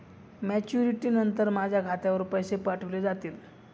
Maturity नंतर माझ्या खात्यावर पैसे पाठविले जातील?